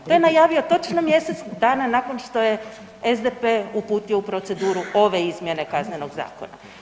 To je najavio točno mjesec dana nakon što je SDP uputio u proceduru ove izmjene Kaznenog zakona.